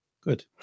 good